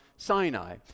Sinai